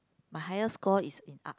my highest score is in art